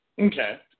Okay